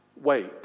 Wait